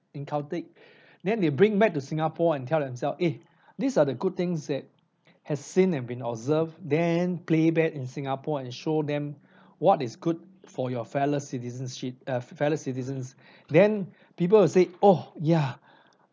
inculcate then they bring back to singapore and tell themselves eh these are the good things that has seen and been observed then playback in singapore and show them what is good for your fellow citizenship uh fellow citizens then people will say oh ya